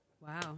Wow